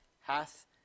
hath